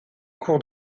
cours